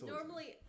Normally